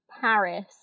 paris